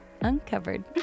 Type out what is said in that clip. uncovered